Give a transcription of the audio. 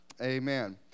amen